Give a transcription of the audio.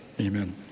amen